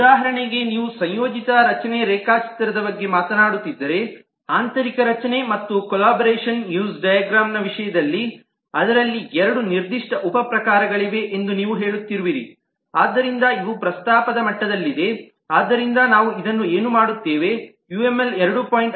ಉದಾಹರಣೆಗೆ ನೀವು ಸಂಯೋಜಿತ ರಚನೆ ರೇಖಾಚಿತ್ರದ ಬಗ್ಗೆ ಮಾತನಾಡುತ್ತಿದ್ದರೆ ಆಂತರಿಕ ರಚನೆ ಮತ್ತು ಕೊಲ್ಲಬರೇಶನ್ ಯೂಸ್ ಡೈಗ್ರಾಮ್ ನ ವಿಷಯದಲ್ಲಿ ಅದರಲ್ಲಿ ಎರಡು ನಿರ್ದಿಷ್ಟ ಉಪ ಪ್ರಕಾರಗಳಿವೆ ಎಂದು ನೀವು ಹೇಳುತ್ತಿರುವಿರಿ ಆದ್ದರಿಂದ ಇವು ಪ್ರಸ್ತಾಪದ ಮಟ್ಟದಲ್ಲಿವೆ ಆದ್ದರಿಂದ ನಾವು ಇದನ್ನು ಏನು ಮಾಡುತ್ತೇವೆ ಯುಎಂಎಲ್ 2